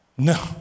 No